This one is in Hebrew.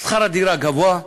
שכר הדירה גבוה,